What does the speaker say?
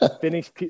Finish